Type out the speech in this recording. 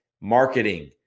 marketing